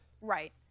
Right